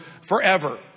forever